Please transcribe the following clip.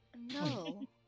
No